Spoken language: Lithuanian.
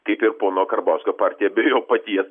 kaip ir pono karbauskio partija be jo patie